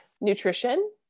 nutrition